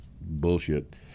bullshit